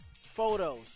photos